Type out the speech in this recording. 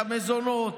את המזונות,